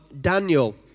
Daniel